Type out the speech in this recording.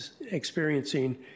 experiencing